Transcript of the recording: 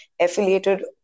affiliated